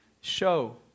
show